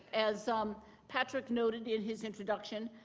as um patrick noted in his introduction,